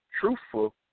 truthful